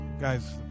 guys